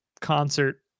Concert